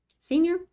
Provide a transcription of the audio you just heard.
Senior